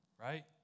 Right